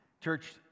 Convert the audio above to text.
Church